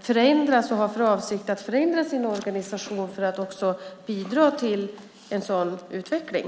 förändras och har för avsikt att förändra sin organisation för att också bidra till en sådan utveckling.